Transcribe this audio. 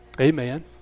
Amen